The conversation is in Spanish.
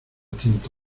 tinta